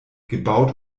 gebaut